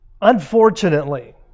Unfortunately